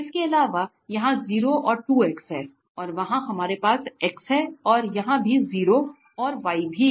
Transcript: इसके अलावा यहाँ 0 और 2 x है और वहां हमारे पास x है और यहां भी 0 और y भी हैं